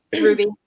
Ruby